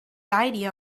idea